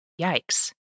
Yikes